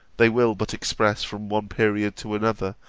they will but express from one period to another,